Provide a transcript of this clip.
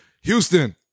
Houston